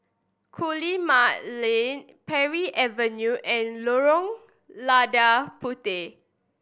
Guillemard Lane Parry Avenue and Lorong Lada Puteh